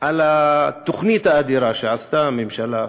על התוכנית האדירה שעשתה הממשלה,